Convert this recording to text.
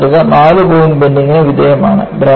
ഈ മാതൃക നാല് പോയിന്റ് ബെൻഡിങ്ന് വിധേയമാണ്